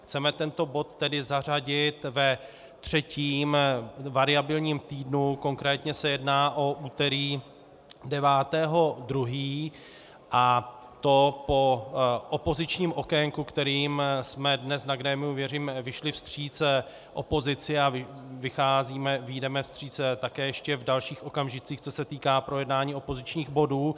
Chceme tento bod tedy zařadit ve třetím, variabilním týdnu, konkrétně se jedná o úterý 9. 2., a to po opozičním okénku, kterým jsme dnes na grémiu, věřím, vyšli vstříc opozici a vyjdeme vstříc také ještě v dalším okamžicích, co se týká projednání opozičních bodů.